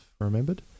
remembered